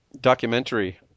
documentary